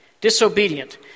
disobedient